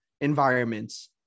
environments